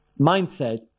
mindset